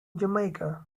jamaica